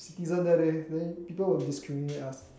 citizen there leh then people will discriminate us